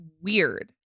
weird